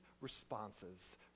responses